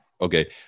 Okay